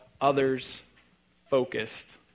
others-focused